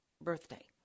birthday